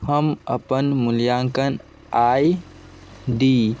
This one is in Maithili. हम अपन मूल्याङ्कन आइ डी